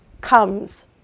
comes